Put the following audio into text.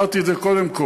אמרתי את זה קודם,